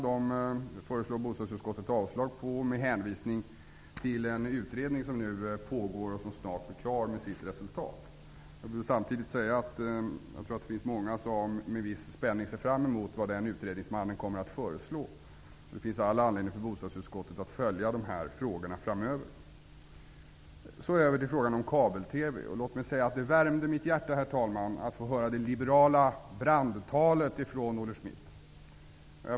Dem föreslår bostadsutskottet avslag på med hänvisning till en utredning som pågår och som snart blir klar. Jag vill samtidigt säga att jag tror att det finns många som med viss spänning ser fram emot vad utredningsmannen kommer att föreslå. Det finns all anledning för bostadsutskottet att följa de här frågorna framöver. Så över till frågan om kabel-TV. Herr talman! Låt mig säga att det värmde mitt hjärta att höra det liberala brandtalet från Olle Schmidt.